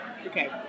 Okay